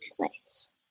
Nice